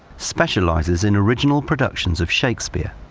specializes in original productions of shakespeare.